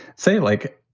say like,